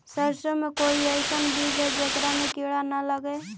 सरसों के कोई एइसन बिज है जेकरा में किड़ा न लगे?